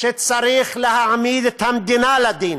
שצריך להעמיד את המדינה לדין.